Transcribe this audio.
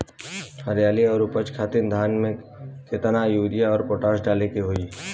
हरियाली और उपज खातिर धान में केतना यूरिया और पोटाश डाले के होई?